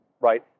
right